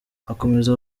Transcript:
akomeza